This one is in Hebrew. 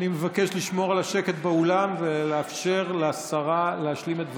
אני מבקש לשמור על השקט באולם ולאפשר לשרה להשלים את דבריה.